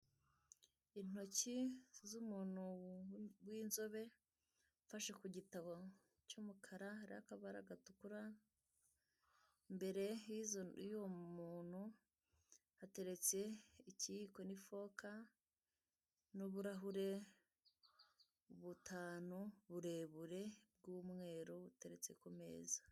Intoki z'umuntu w'inzobe ufashe ku gitabo cy'umukara n'akabara gatukura, imbere y'izo y'uwo muntu hateretse ikiyiko n'ifoka n'uburahure butanu burebure bw'umweru buteretse ku meza.